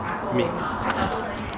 meets